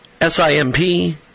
S-I-M-P